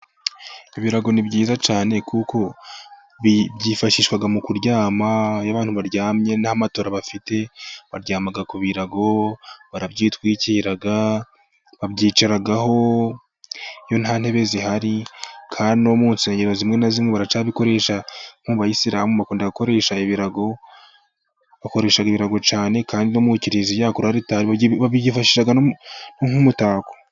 Ibirago ni byiza cyane, kuko byifashishwa mu kuryama, iyo abantu baryamye nta matora bafite, baryama kubirago, barabyitwikira, babyicaraho iyo nta ntebe zihari, kandi no mu nsengero zimwe na zimwe baracyakoresha nko mu bayisilamu bakunda gukoresha ibirago, bakoresha ibirago cyane kandi no mu kiliziya kur'alitari babyifashisha nk'umutako.